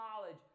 knowledge